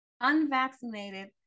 Unvaccinated